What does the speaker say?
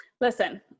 Listen